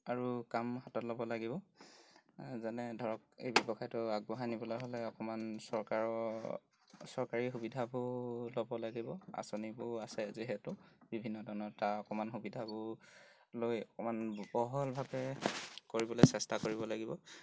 আৰু কাম হাতত ল'ব লাগিব যেনে ধৰক এই ব্যৱসায়টো আগবঢ়াই নিবলৈ হ'লে অকণমান চৰকাৰৰ চৰকাৰী সুবিধাবোৰ ল'ব লাগিব আঁচনিবোৰ আছে যিহেতু বিভিন্ন ধৰণৰ তাৰ অকণমান সুবিধাবোৰ লৈ অকণমান বহলভাৱে কৰিবলৈ চেষ্টা কৰিব লাগিব